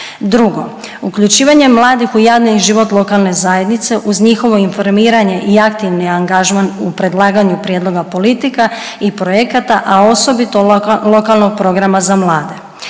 Drugo, uključivanje mladih u javni i život lokalne zajednice, uz njihovo informiranje i aktivni angažman u predlaganju prijedloga politika i projekata, a osobito lokalnog programa za mlade.